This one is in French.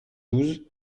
douze